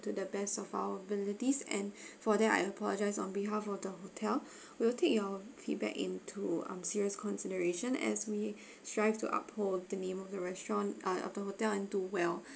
to the best of our abilities and for that I apologise on behalf of the hotel we will take your feedback into um serious consideration as we strive to uphold the name of the restaurant uh of the hotel and do well